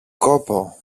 κόπο